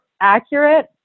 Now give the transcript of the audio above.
accurate